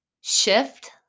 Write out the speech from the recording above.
shift